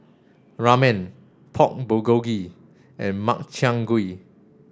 Ramen Pork Bulgogi and Makchang Gui